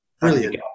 Brilliant